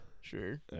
sure